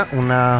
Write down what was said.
una